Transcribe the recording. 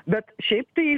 bet šiaip tai